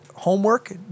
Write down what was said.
Homework